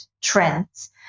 trends